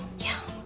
yeah.